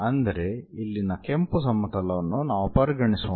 ಅಂದರೆ ಇಲ್ಲಿನ ಕೆಂಪು ಸಮತಲವನ್ನು ನಾವು ಪರಿಗಣಿಸೋಣ